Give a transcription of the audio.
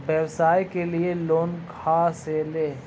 व्यवसाय के लिये लोन खा से ले?